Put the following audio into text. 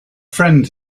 friend